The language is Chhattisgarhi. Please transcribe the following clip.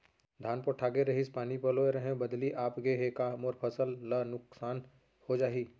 धान पोठागे रहीस, पानी पलोय रहेंव, बदली आप गे हे, का मोर फसल ल नुकसान हो जाही?